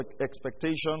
expectations